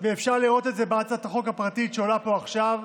ואפשר לראות את זה בהצעת החוק הפרטית שעולה פה עכשיו,